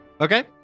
okay